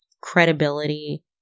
credibility